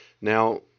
Now